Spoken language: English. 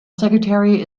secretary